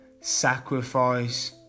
sacrifice